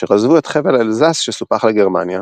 אשר עזבו את חבל אלזס שסופח לגרמניה.